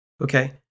Okay